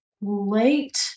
late